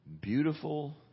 beautiful